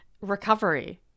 recovery